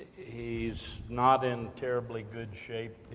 he's not in terribly good shape.